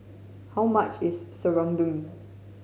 how much is serunding